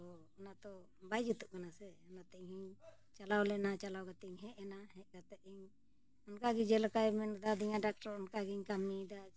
ᱛᱚ ᱚᱱᱟᱛᱚ ᱵᱟᱭ ᱡᱩᱛᱩᱜ ᱠᱟᱱᱟ ᱥᱮ ᱚᱱᱟᱛᱮ ᱤᱧᱦᱚᱧ ᱪᱟᱞᱟᱣ ᱞᱮᱱᱟ ᱪᱟᱞᱟᱣ ᱠᱟᱛᱮᱧ ᱦᱮᱡ ᱮᱱᱟ ᱦᱮᱡ ᱠᱟᱛᱮᱫ ᱤᱧ ᱚᱱᱠᱟᱜᱮ ᱡᱮᱞᱮᱠᱟᱭ ᱢᱮᱛᱟᱫᱤᱧᱟᱹ ᱰᱟᱠᱴᱚᱨ ᱚᱱᱠᱟᱜᱮᱧ ᱠᱟᱹᱢᱤᱭᱮᱫᱟ